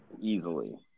easily